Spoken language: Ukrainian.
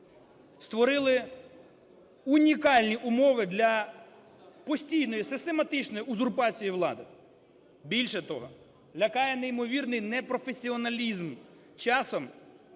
створили унікальні умови для постійної систематичної узурпації влади. Більше того, лякає неймовірний непрофесіоналізм часом